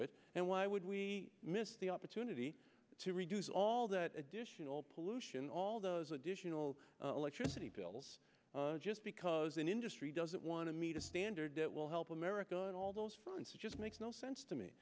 it and why would we miss the opportunity to reduce all that additional pollution all those additional electricity bills just because an industry doesn't want to meet a standard that will help america and all those fronts it just makes no sense to me